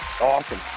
Awesome